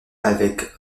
avec